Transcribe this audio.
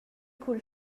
cul